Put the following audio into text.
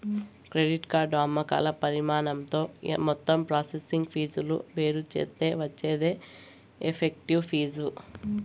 credit card అమ్మకాల పరిమాణంతో మొత్తం ప్రాసెసింగ్ ఫీజులు వేరుచేత్తే వచ్చేదే ఎఫెక్టివ్ ఫీజు